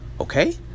okay